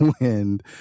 wind